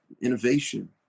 innovation